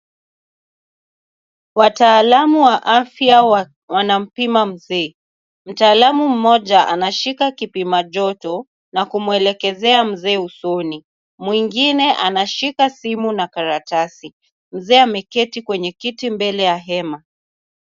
Wataalamu wa afya wanampima mzee. Mtaalamu mmoja anashika kipima joto na kumwelekezea mzee usoni, mwingine anashika simu na karatasi. Mzee ameketi kwenye kiti mbele ya hema.